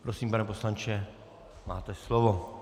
Prosím, pane poslanče, máte slovo.